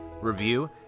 review